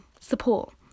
support